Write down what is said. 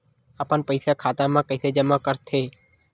अपन पईसा खाता मा कइसे जमा कर थे?